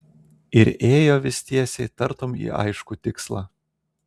ir ėjo vis tiesiai tartum į aiškų tikslą